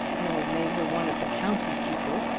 nor made her one of the county people.